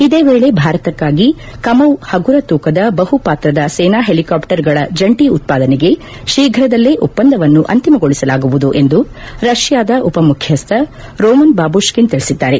ಇದೇ ವೇಳೆ ಭಾರತಕ್ಕಾಗಿ ಕಮೋವ್ ಹಗುರ ತೂಕದ ಬಹುಪಾತ್ರದ ಸೇನಾ ಹೆಲಿಕಾಪ್ಚರ್ಗಳ ಜಂಟಿ ಉತ್ಪಾದನೆಗೆ ಶೀಘ್ರದಲ್ಲೇ ಒಪ್ಪಂದವನ್ನು ಅಂತಿಮಗೊಳಿಸಲಾಗುವುದು ಎಂದು ರಷ್ಯಾದ ಉಪ ಮುಖ್ಯಸ್ಥ ರೋಮನ್ ಬಾಬುಷ್ಕಿನ್ ತಿಳಿಸಿದ್ದಾರೆ